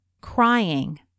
crying